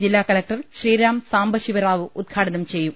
ജില്ലാകലക്ടർ ശ്രീറാം സാംബശിവറാവു ഉദ്ഘാടനം ചെയ്യും